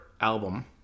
album